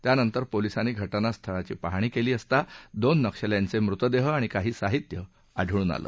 त्यानंतर पोलिसांनी घटनास्थळी पाहणी केली असता दोन नक्षल्यांचे मृतदेह आणि काही साहित्य आढळून आलं